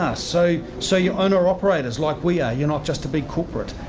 ah, so so you owner operators like we are, you're not just a big corporate.